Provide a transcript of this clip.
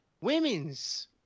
women's